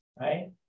right